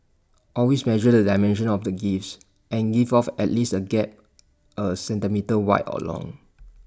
always measure the dimensions of the gifts and give off at least A gap A centimetre wide or long